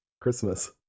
Christmas